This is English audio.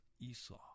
Esau